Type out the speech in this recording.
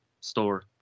store